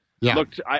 looked